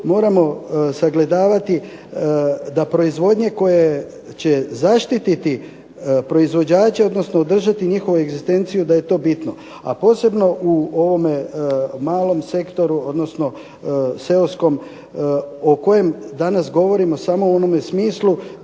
moramo sagledavati da proizvodnje koje će zaštititi proizvođače odnosno održati njihovu egzistenciju da je to bitno, a posebno u ovome malom sektoru odnosno seoskom o kojem danas govorimo samo u onom smislu